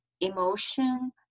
emotion